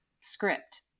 script